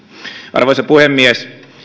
arvoisa puhemies